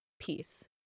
peace